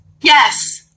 Yes